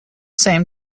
same